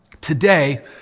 today